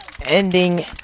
Ending